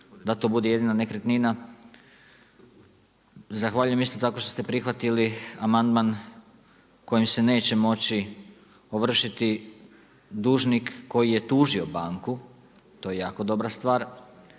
da to bude jedina nekretnina. Zahvaljujem isto tako što ste prihvatili amandman kojim se neće moći ovršiti dužnik koji je tužio banku, to je jako dobra stvar.